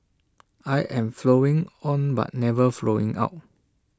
I am flowing on but never flowing out